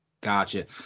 Gotcha